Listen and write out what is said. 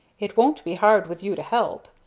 it won't be hard with you to help.